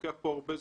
לוקח פה הרבה זמן.